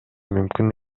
мүмкүн